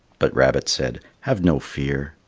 but rabbit said have no fear.